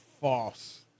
false